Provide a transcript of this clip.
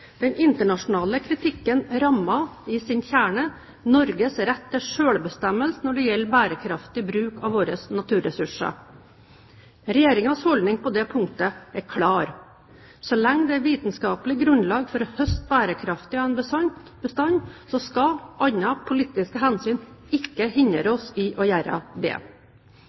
Den internasjonale kritikken rammer i sin kjerne Norges rett til selvbestemmelse når det gjelder bærekraftig bruk av våre naturressurser. Regjeringens holdning på det punktet er klar: Så lenge det er vitenskaplig grunnlag for å høste bærekraftig av en bestand, skal andre, politiske hensyn ikke hindre oss i å gjøre